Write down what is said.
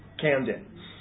Camden